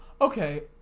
Okay